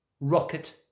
Rocket